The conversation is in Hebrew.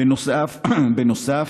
בנוסף,